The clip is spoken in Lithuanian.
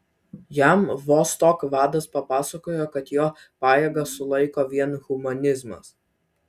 jam vostok vadas papasakojo kad jo pajėgas sulaiko vien humanizmas